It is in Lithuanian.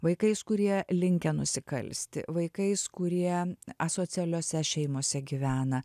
vaikais kurie linkę nusikalsti vaikais kurie asocialiose šeimose gyvena